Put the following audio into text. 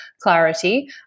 clarity